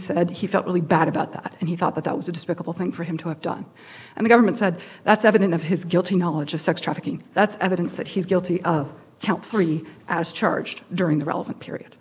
said he felt really bad about that and he thought that that was a despicable thing for him to have done and the government said that's evident of his guilty knowledge of sex trafficking that's evidence that he's guilty of count three as charged during the relevant period